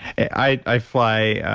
i i fly.